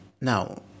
Now